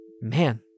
Man